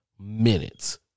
minutes